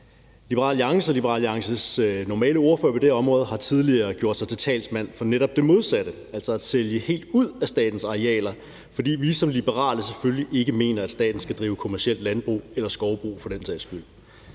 Liberal Alliance og Liberal Alliances normale ordfører på det her område har tidligere været talsmand for netop det modsatte, altså at sælge helt ud af statens arealer, fordi vi som liberale selvfølgelig ikke mener, at staten skal drive kommerciel landbrug eller skovbrug for den sags skyld.